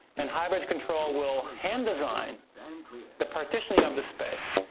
and hybrid control will hand-design the partitioning of the space.